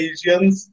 Asians